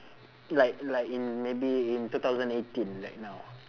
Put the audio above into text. like like in maybe in two thousand eighteen like now